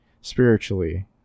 spiritually